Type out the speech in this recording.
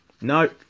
No